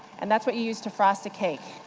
and that's what you use to frost a cake,